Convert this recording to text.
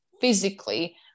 physically